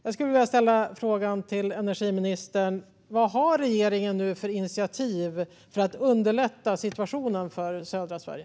Jag skulle vilja ställa frågan till energiministern: Vad har regeringen för initiativ nu för att underlätta situationen för södra Sverige?